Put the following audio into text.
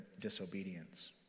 disobedience